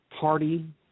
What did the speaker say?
party